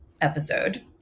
episode